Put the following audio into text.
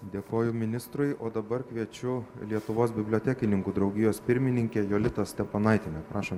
dėkoju ministrui o dabar kviečiu lietuvos bibliotekininkų draugijos pirmininkę jolitą steponaitienę prašom